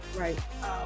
right